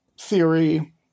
theory